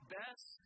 best